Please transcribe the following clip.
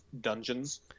dungeons